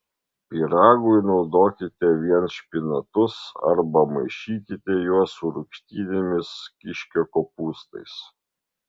pyragui naudokite vien špinatus arba maišykite juos su rūgštynėmis kiškio kopūstais